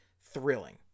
thrilling